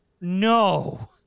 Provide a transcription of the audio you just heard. No